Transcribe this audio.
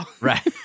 Right